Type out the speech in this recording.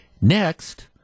Next